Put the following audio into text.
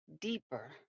Deeper